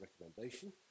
recommendation